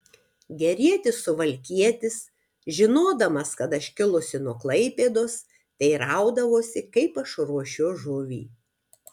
gerietis suvalkietis žinodamas kad aš kilusi nuo klaipėdos teiraudavosi kaip aš ruošiu žuvį